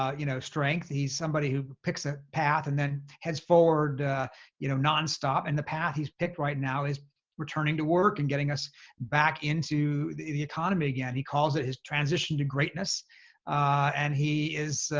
you know, strength. he's somebody who picks a path and then heads forward you know nonstop. and the path he's picked right now is returning to work and getting us back into the the economy again. he calls it his transition to greatness and he is,